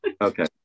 Okay